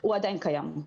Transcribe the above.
הוא עדיין קיים.